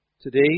today